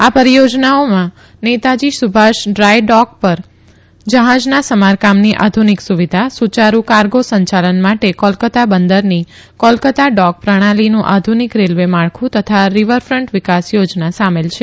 આ પરિચોજનાઓમાં Netaji Subhash dry dock પર જહાજના સમારકામની આધનિક સુવિધા સુચારૂ કાર્ગો સંચાલન માટે કોલકાતા બંદરની કોલકાતા ડોક પ્રણાલી નું આધુનિક રેલ્વે માળખું તથા રીવરફન્ટ વિકાસ યોજના સામેલ છે